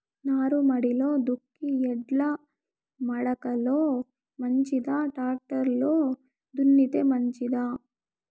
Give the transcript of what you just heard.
నారుమడిలో దుక్కి ఎడ్ల మడక లో మంచిదా, టాక్టర్ లో దున్నితే మంచిదా?